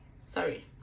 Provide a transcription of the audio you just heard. sorry